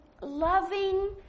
loving